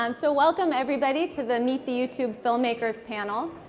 um so welcome everybody to the meet the youtube filmmakers panel.